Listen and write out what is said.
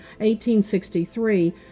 1863